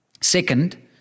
Second